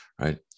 right